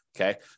Okay